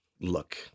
look